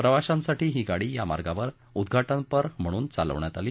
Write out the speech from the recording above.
प्रवाशांसाठी ही गाडी या मार्गावर उद्दाटनपर म्हणून चालवण्यात आली